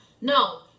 no